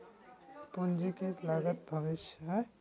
पूंजी की लागत भविष्य में या बाद में चुकावे के आवश्यकता होबय हइ